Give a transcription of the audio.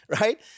right